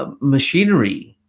machinery